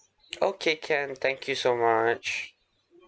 okay can thank you so much